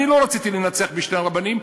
אני לא רציתי לנצח בשני הרבנים.